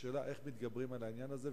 השאלה היא איך מתגברים על העניין הזה,